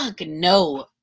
no